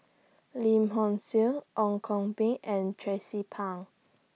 Lim Hock Siew Ong Koh Bee and Tracie Pang